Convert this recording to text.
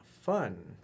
fun